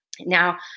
now